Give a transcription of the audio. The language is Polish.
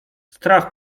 strach